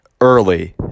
early